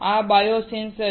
આ biosensor છે